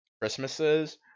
christmases